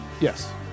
Yes